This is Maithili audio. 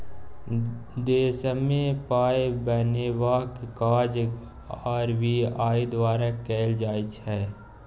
देशमे पाय बनेबाक काज आर.बी.आई द्वारा कएल जाइ छै